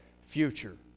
future